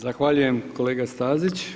Zahvaljujem kolega Stazić.